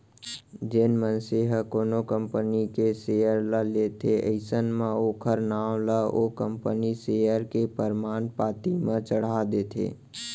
जेन मनसे ह कोनो कंपनी के सेयर ल लेथे अइसन म ओखर नांव ला ओ कंपनी सेयर के परमान पाती म चड़हा देथे